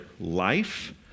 life